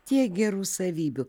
tiek gerų savybių